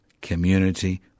community